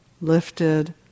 lifted